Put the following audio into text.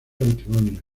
antimonio